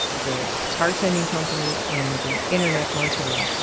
the card sending company and the internet marketing,